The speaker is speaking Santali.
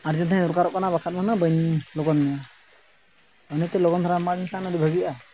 ᱟᱨ ᱡᱩᱫᱤ ᱫᱚᱨᱠᱟᱨᱚᱜ ᱠᱟᱱᱟ ᱵᱟᱠᱷᱟᱱ ᱦᱩᱱᱟᱹᱝ ᱵᱟᱹᱧ ᱵᱟᱹᱧ ᱞᱚᱜᱚᱱ ᱢᱮᱭᱟ ᱞᱚᱜᱚᱱ ᱫᱷᱟᱨᱟᱢ ᱮᱢᱟᱹᱣ ᱞᱮᱱᱠᱷᱟᱱ ᱟᱹᱰᱤ ᱵᱷᱟᱹᱜᱤᱜᱼᱟ